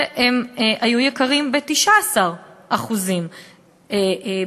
ההוצאה הפרטית על הבריאות גדלה כמעט ב-70% מ-1995 ועד